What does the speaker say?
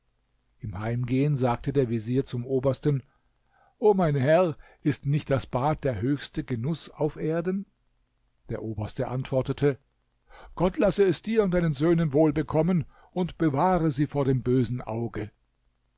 im heimgehen sagte der vezier zum obersten o mein herr ist nicht das bad der höchste genuß auf erden der oberste antwortete gott lasse es dir und deinen söhnen wohl bekommen und bewahre sie vor dem bösen auge